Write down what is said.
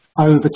over